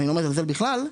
אני לא מזלזל בכלל,